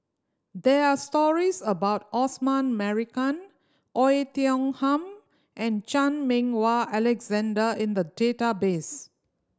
there are stories about Osman Merican Oei Tiong Ham and Chan Meng Wah Alexander in the database